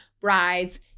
Brides